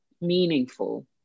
meaningful